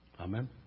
Amen